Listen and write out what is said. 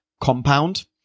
compound